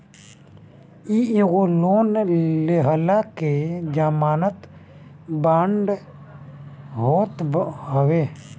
इ एगो लोन लेहला के जमानत बांड होत हवे